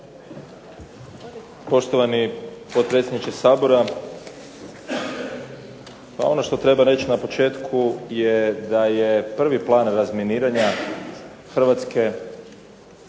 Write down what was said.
Poštovani potpredsjedniče Sabora, pa ono što treba reći na početku je da je prvi plan razminiranja Hrvatske